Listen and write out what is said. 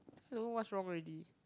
so what's wrong already